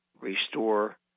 restore